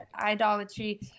idolatry